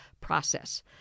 process